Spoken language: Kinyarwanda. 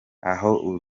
aho